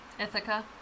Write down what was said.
Ithaca